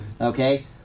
Okay